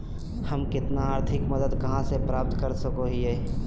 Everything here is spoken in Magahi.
हम किसान आर्थिक मदत कहा से प्राप्त कर सको हियय?